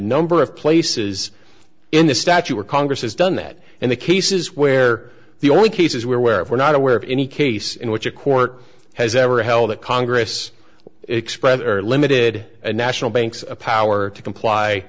number of places in the statue or congress has done that in the cases where the only cases where where we're not aware of any case in which a court has ever held that congress express limited national banks power to comply